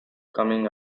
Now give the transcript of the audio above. coming